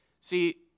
See